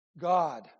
God